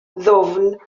ddwfn